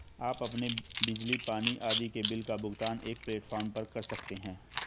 आप अपने बिजली, पानी आदि के बिल का भुगतान एक प्लेटफॉर्म पर कर सकते हैं